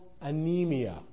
anemia